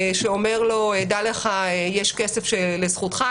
שאומר לו: דע לך שיש כסף לזכותך,